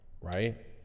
right